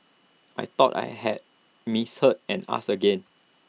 I thought I had misheard and asked again